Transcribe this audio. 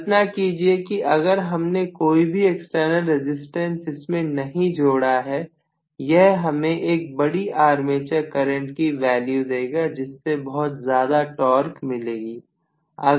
कल्पना कीजिए कि अगर हमने कोई भी एक्सटर्नल रेजिस्टेंस इसमें नहीं जोड़ा है यह हमें एक बड़ी आर्मेचर करंट की वैल्यू देगा जिससे बहुत ज्यादा टॉर्क मिलेगी